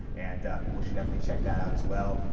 and people should definitely check that out as well.